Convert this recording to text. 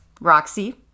Roxy